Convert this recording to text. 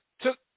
took